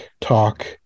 talk